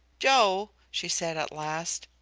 joe, she said at last,